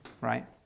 right